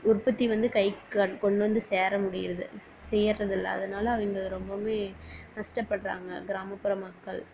உற்பத்தி வந்து கைக்கு கொண்டு வந்து சேர முடிகிறது சேர்வது இல்லை அதனால அவங்க ரொம்ப கஷ்டப்படுறாங்க கிராமப்புற மக்கள்